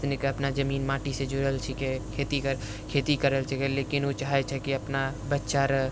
सनिके अपना जमीन माटिसँ जुड़ल छिके खेती खेती करल छिके लेकिन ओ चाहे छै कि अपना बच्चारे